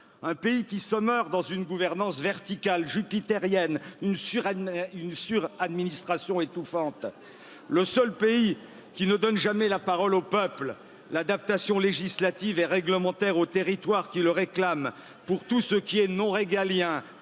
un pays qui se meurt dans une gouvernance verticale jupitérienne? d'une Sud minist Ation étouffante, le seul pays qui ne donne jamais la parole aux peuple, l'adaptation législative et réglementaire aux territoires qui le réclament pour tout ce qui est non régalien,